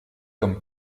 comme